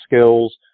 skills